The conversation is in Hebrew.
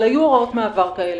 אבל היו הוראות מעבר כאלה.